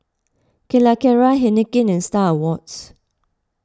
Calacara Heinekein and Star Awards